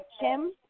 Kim